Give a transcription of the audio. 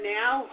now